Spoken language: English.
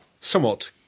somewhat